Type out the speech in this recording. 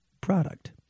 product